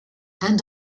and